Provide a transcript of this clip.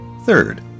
Third